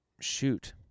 shoot